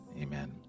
amen